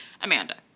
Amanda